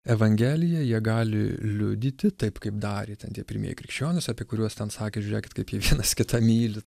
evangeliją jie gali liudyti taip kaip darė ten tie pirmieji krikščionys apie kuriuos ten sakė žiūrėkit kaip jie vienas kitą myli